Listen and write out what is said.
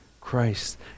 Christ